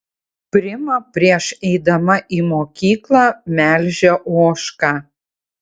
prima prieš eidama į mokyklą melžia ožką